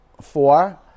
Four